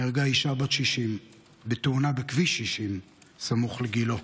נהרגה אישה בת 60 בתאונה בכביש 60 סמוך לגילה.